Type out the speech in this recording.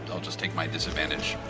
i'll just take my disadvantage.